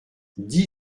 dix